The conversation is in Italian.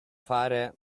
fare